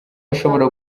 ashobora